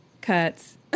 cuts